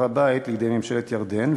בהר-הבית לידי ממשלת ירדן.